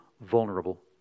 vulnerable